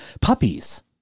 puppies